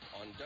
on